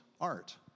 art